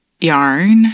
yarn